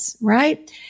right